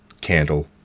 candle